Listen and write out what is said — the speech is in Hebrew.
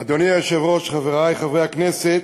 אדוני היושב-ראש, חברי חברי הכנסת,